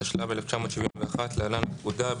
התשל״ב 1971 (להלן - הפקודה),